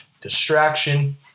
distraction